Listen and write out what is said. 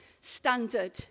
standard